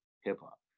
hip-hop